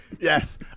yes